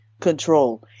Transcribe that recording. control